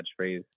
catchphrase